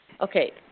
okay